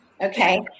Okay